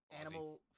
Animal